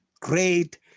great